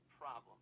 problem